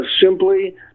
simply